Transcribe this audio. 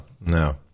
no